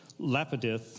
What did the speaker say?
Lapidith